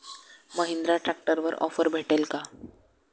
महिंद्रा ट्रॅक्टरवर ऑफर भेटेल का?